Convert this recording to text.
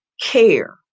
care